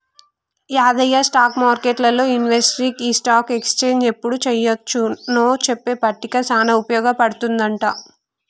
యాదయ్య మార్కెట్లు ఇన్వెస్టర్కి ఈ స్టాక్ ఎక్స్చేంజ్ ఎప్పుడు చెయ్యొచ్చు నో చెప్పే పట్టిక సానా ఉపయోగ పడుతుందంట